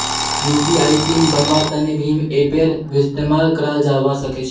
UPI PIN बन्वार तने भीम ऐपेर इस्तेमाल कराल जावा सक्छे